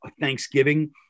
Thanksgiving